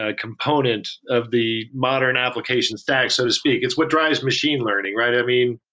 ah component of the modern application stack so to speak. it's what drives machine learning, right? i mean,